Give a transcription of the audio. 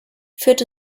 führt